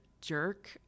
jerk